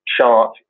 chart